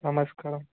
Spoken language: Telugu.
నమస్కారం